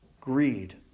greed